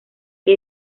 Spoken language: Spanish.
que